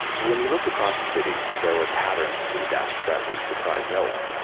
when you looked across the city, there were patterns to the deaths that would surprise no one,